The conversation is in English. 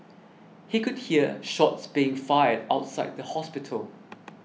he could hear shots being fired outside the hospital